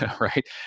right